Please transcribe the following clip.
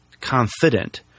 confident